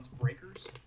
Breakers